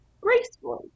gracefully